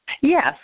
Yes